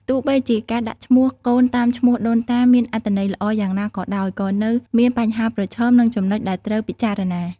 ទោះបីជាការដាក់ឈ្មោះកូនតាមឈ្មោះដូនតាមានអត្ថន័យល្អយ៉ាងណាក៏ដោយ ក៏នៅមានបញ្ហាប្រឈម និងចំណុចដែលត្រូវពិចារណា។